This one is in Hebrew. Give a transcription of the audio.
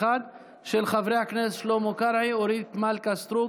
של חבר הכנסת שלמה קרעי, אורית מלכה סטרוק